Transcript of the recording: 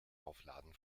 aufladen